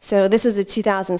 so this is a two thousand